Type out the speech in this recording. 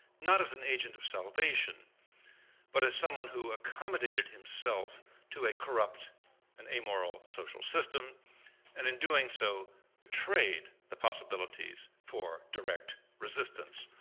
not as an agent of salvation but as someone who accommodated himself to a corrupt and amoral social system and in doing so betrayed the possibilities for direct resistance.